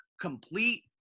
complete